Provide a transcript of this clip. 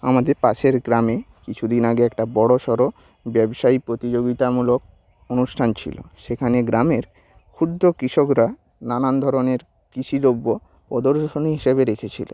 আমাদের পাশের গ্রামে কিছু দিন আগে একটা বড়ো সড়ো ব্যবসায়ী প্রতিযোগিতামূলক অনুষ্ঠান ছিলো সেখানে গ্রামের ক্ষুদ্র কৃষকরা নানান ধরনের কৃষি দ্রব্য প্রদর্শনী হিসাবে রেখেছিলো